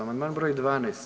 Amandman broj 12.